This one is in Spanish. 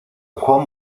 juan